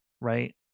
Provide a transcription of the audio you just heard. Right